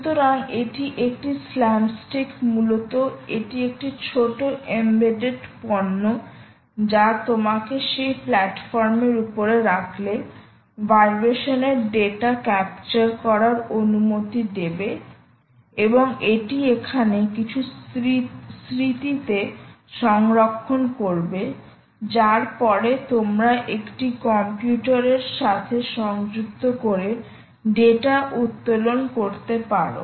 সুতরাং এটি একটি স্ল্যামস্টিক মূলত এটি একটি ছোট এমবেডেড পণ্য যা তোমাকে সেই প্ল্যাটফর্মের উপরে রাখলে ভাইব্রেশনের ডেটা ক্যাপচার করার অনুমতি দেবে এবং এটি এখানে কিছু স্মৃতিতে সংরক্ষণ করবে যার পরে তোমরা একটি কম্পিউটারের সাথে সংযুক্ত করে ডেটা উত্তোলন করতে পারো